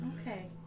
Okay